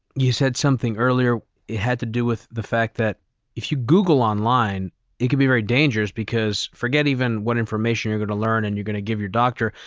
you said something earlier, it had to do with the fact that if you google online it can be very dangerous because forget even what information you're going to learn and you're going to give your doctor.